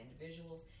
individuals